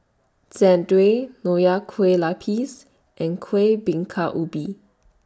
Jian Dui Nonya Kueh Lapis and Kueh Bingka Ubi